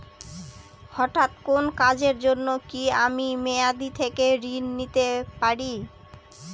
হঠাৎ কোন কাজের জন্য কি আমি মেয়াদী থেকে ঋণ নিতে পারি?